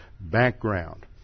background